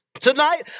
Tonight